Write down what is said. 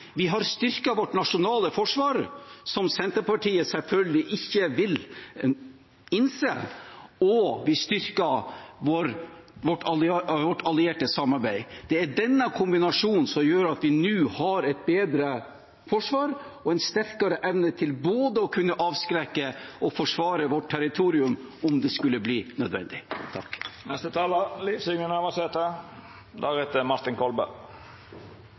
Vi har styrket vårt nasjonale forsvar, noe Senterpartiet selvfølgelig ikke vil innse, og vi styrker vårt allierte samarbeid. Det er denne kombinasjonen som gjør at vi nå har et bedre forsvar og en sterkere evne til både å kunne avskrekke og å forsvare vårt territorium om det skulle bli nødvendig.